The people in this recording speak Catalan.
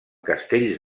castells